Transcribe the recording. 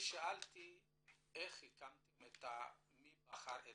אני שאלתי איך הקמתם, מי בחר.